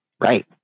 Right